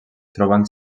trobant